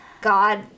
God